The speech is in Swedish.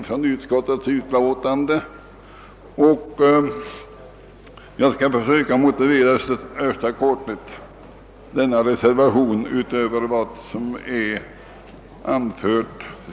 Utöver vad som framhålles i reservationen skall jag i största korthet ge en motivering för vår ståndpunkt.